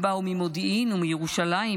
הם באו ממודיעין ומירושלים,